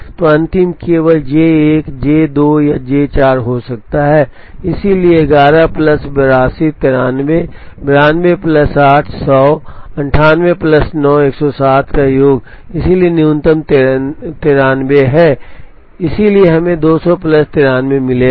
तो अंतिम केवल जे 1 जे 2 या जे 4 हो सकता है इसलिए 11 प्लस 82 93 92 प्लस 8 100 98 प्लस 9 107 का योग इसलिए न्यूनतम 93 यहां है इसलिए हमें 200 प्लस 93 मिलेगा